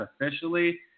officially